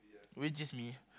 which is me